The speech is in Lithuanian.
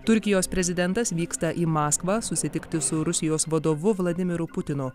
turkijos prezidentas vyksta į maskvą susitikti su rusijos vadovu vladimiru putinu